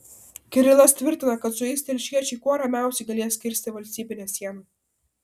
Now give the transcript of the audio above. kirilas tvirtina kad su jais telšiečiai kuo ramiausiai galės kirsti valstybinę sieną